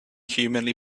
humanly